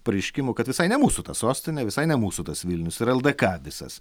pareiškimų kad visai ne mūsų ta sostinė visai ne mūsų tas vilnius ir ldk visas